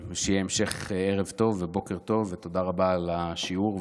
שיהיה המשך ערב טוב ובוקר טוב ותודה רבה על השיעור והזכות.